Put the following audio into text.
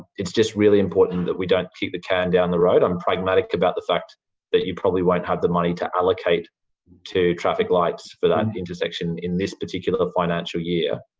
it's just really important that we don't kick a can down the road. i'm pragmatic about the fact that you probably won't have the money to allocate to traffic lights for that intersection in this particular financial year,